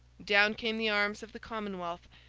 down came the arms of the commonwealth,